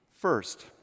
First